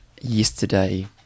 yesterday